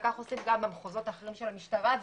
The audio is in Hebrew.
האלה וכך עושים גם במחוזות האחרים של המשטרה.